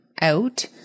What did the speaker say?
out